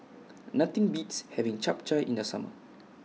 Nothing Beats having Chap Chai in The Summer